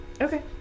Okay